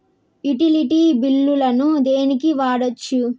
Utility బిల్లులను దేనికి వాడొచ్చు?